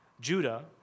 judah